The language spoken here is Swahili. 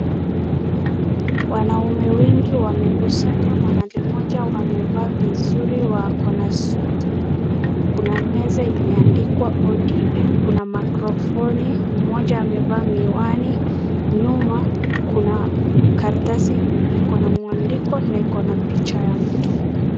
Wanaume wengi wamekusanya mahali moja wamevaa vizuri wakona suti. Kuna meza imeandikwa ODM, kuna mikrofoni. Mmoja amevaa miwani nyuma kuna karatasi ikona mwandiko na ikona picha ya mtu.